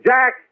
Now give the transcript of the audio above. Jack